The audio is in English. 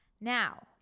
Now